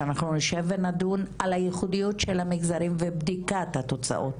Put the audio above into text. שאנחנו נשב ונדון על הייחודיות של המגזרים ובדיקת התוצאות,